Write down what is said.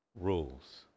rules